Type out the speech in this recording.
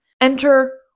Enter